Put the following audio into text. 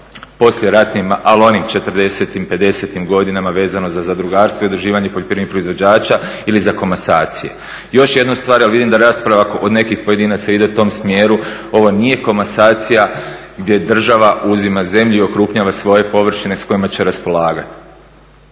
poslijeratnim ali onim '40-im, '50-im godinama vezano za zadrugarstvo i udruživanje poljoprivrednih proizvođača ili za komasacije. Još jedna stvar, vidim da rasprava kod nekih pojedinaca ide u tom smjeru, ovo nije komasacija gdje država uzima zemlju i okrupnjava svoje površine s kojima će raspolagati.